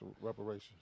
reparations